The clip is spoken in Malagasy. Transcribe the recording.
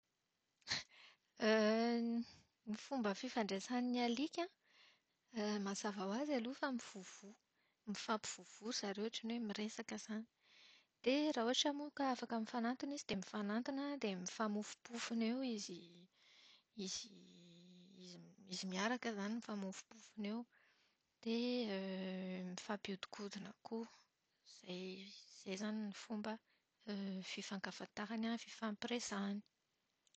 Ny fomba fifandraisan'ny alika mazava ho azy aloha fa mivovoha, mifampivovoha ry zareo ohatran'ny hoe miresaka izany. Dia raha ohatra moa ka afaka mifanantona izy dia mifanantona dia mifamofompofona eo izy- izy- izy miaraka izany mifamofompofona eo. Dia mifampiodinkodina koa. Izay. Izay izany no fomba fifankafantarany, fifampiresahany.